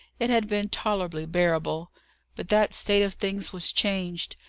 it had been tolerably bearable but that state of things was changed,